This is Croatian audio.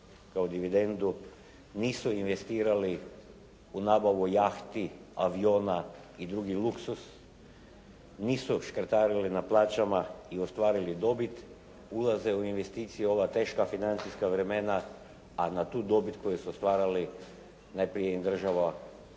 kao dividendu, nisu investirali u nabavu jahti, aviona i drugi luksuz, nisu škrtarili na plaćama i ostvarili dobit ulaze u investicija u ova teška financijska vremena, a na tu dobit koju su ostvarili najprije im država